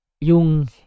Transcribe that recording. Yung